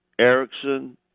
Erickson